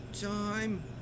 time